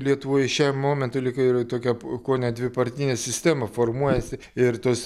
lietuvoje šiam momentui lyg ir tokia kone dvipartinė sistema formuojasi ir tos